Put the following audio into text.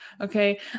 okay